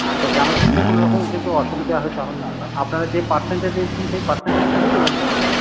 আচ্ছা দামের দিক দিয়ে কোনো রকম কিছু অসুবিধা হয়তো হন না না আপনারা যে পারসেন্টেজে দিচ্ছেন সেই পারসেন্টেজে দামেই দেবেন তো